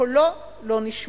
קולו לא נשמע.